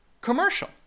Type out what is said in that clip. commercial